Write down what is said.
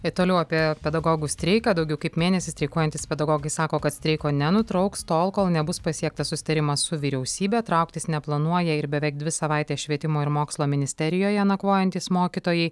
tai toliau apie pedagogų streiką daugiau kaip mėnesį streikuojantys pedagogai sako kad streiko nenutrauks tol kol nebus pasiektas susitarimas su vyriausybe trauktis neplanuoja ir beveik dvi savaites švietimo ir mokslo ministerijoje nakvojantys mokytojai